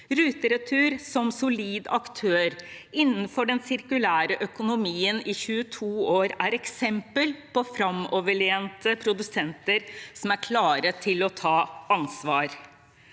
Ruteretur som solid aktør innenfor den sirkulære økonomien i 22 år er et eksempel på framoverlente produsenter som er klare til å ta ansvar.